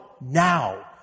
now